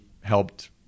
helped